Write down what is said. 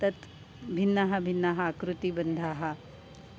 तत् भिन्नाः भिन्नाः आकृतिबन्धाः